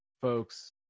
Folks